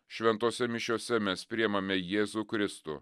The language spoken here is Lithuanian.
šventose mišiose mes priimame jėzų kristų